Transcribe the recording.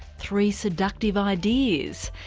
three seductive ideas.